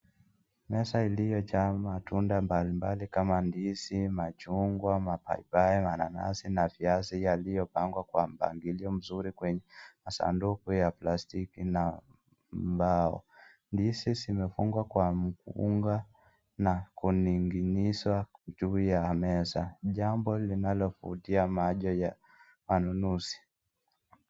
Meza iliyojaa matunda aina mbali mbali kama ndizi, machungwa, mapaipai, mananasi na viazi yaliyo pamgwa kwa mpangilio mzuri kwenye .asanduku ya plastiki na mbao. Ndizi zimefungwa kwa mkunga na kuning'inizwa juu ya meza, jambo linalovutia macho ya wanunuzi.